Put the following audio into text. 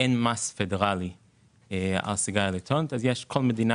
אין מס פדרלי על סיגריה אלקטרונית וכל מדינה